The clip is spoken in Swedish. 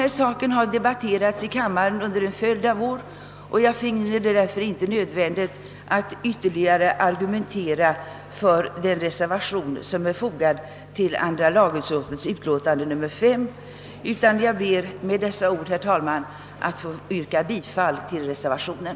Ja, denna fråga här debatterats i kammaren under en följd av år, och jag finner det därför inte nödvändigt att ytterligare argumentera för den reservation som är fogad till andra lagutskottets utlåtande nr 5, utan ber med dessa ord, herr talman, att få yrka bifall till reservationen.